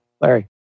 larry